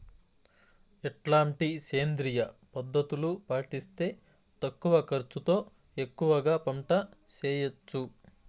ఎట్లాంటి సేంద్రియ పద్ధతులు పాటిస్తే తక్కువ ఖర్చు తో ఎక్కువగా పంట చేయొచ్చు?